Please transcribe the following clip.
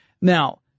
Now